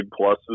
pluses